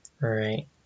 right